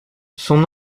son